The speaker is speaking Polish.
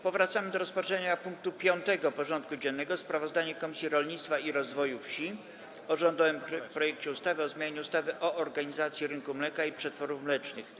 Powracamy do rozpatrzenia punktu 5. porządku dziennego: Sprawozdanie Komisji Rolnictwa i Rozwoju Wsi o rządowym projekcie ustawy o zmianie ustawy o organizacji rynku mleka i przetworów mlecznych.